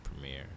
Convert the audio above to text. premiere